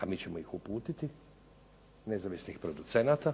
a mi ćemo ih uputiti nezavisnih producenata,